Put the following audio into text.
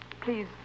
Please